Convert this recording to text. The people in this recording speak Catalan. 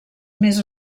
més